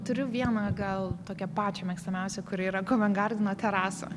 turiu vieną gal tokią pačią mėgstamiausią kuri yra kovengardeno terasa